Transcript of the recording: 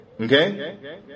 Okay